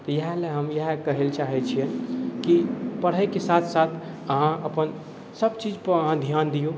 तऽ इएह लए हम इएह कहैलए चाहै छिए कि पढ़ैके साथ साथ अहाँ अपन सब चीजपर अहाँ धिआन दिऔ